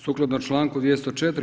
Sukladno čl. 204.